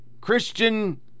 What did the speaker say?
christian